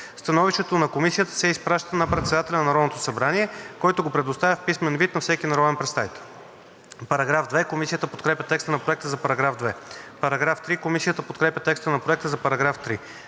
Становището на Комисията се изпраща на председателя на Народното събрание, който го предоставя в писмен вид на всеки народен представител.“ Комисията подкрепя текста на Проекта за § 2. Комисията подкрепя текста на Проекта за § 3.